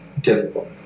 difficult